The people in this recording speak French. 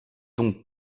donc